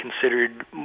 considered